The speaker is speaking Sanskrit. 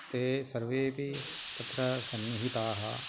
ते सर्वेपि तत्र सन्निहिताः